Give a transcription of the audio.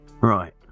Right